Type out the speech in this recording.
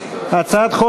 גם הצעת סיעות